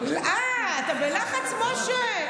אה, אתה בלחץ, משה?